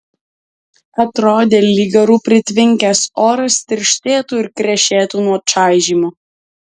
atrodė lyg garų pritvinkęs oras tirštėtų ir krešėtų nuo čaižymo